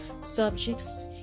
subjects